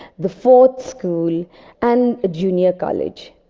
the fourth school and a junior college.